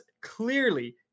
clearly